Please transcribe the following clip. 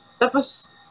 Tapos